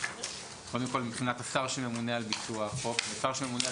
קודם כל מבחינת השר שממונה על ביצוע החוק ושר שממונה על